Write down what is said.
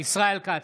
ישראל כץ,